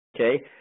Okay